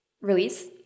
release